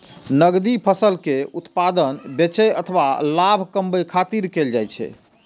नकदी फसल के उत्पादन बेचै अथवा लाभ कमबै खातिर कैल जाइ छै